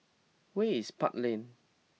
where is Park Lane